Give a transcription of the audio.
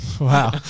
Wow